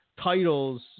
titles